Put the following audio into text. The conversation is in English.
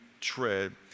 tread